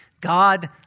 God